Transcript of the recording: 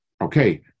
okay